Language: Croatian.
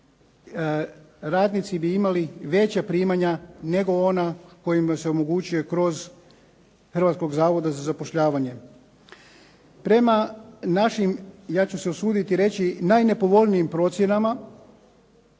radnici bi imali veća primanja nego ona kojima se omogućuje kroz Hrvatski zavod za zapošljavanje. Prema našim ja ću se usuditi reći najnepovoljnijim procjenama